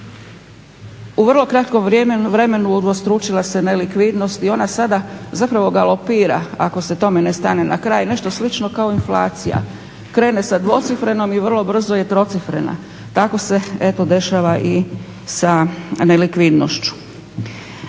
u vrlo kratkom vremenu udvostručila se nelikvidnost i onda sada zapravo galopira, ako se tome ne stane na kraj. Nešto slično kao inflacija, krene sa dvocifrenom i vrlo brzo je trocifrena. Tako se, eto dešava i sa nelikvidnošću.